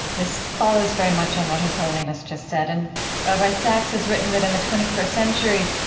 this follows very much on what his holiness just said. and rabbi sacks has written that, in the twenty first century,